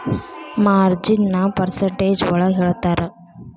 ಮಾರ್ಜಿನ್ನ percentage ಒಳಗ ಹೇಳ್ತರ